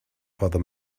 for